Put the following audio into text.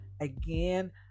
Again